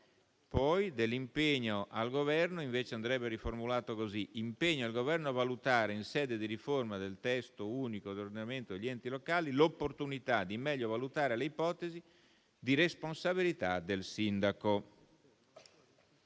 54. L'impegno al Governo invece andrebbe riformulato nella seguente maniera: impegna il Governo a valutare, in sede di riforma del Testo unico dell'ordinamento degli enti locali, l'opportunità di meglio valutare le ipotesi di responsabilità del sindaco.